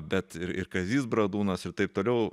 bet ir ir kazys bradūnas ir taip toliau